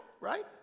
right